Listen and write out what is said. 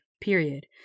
period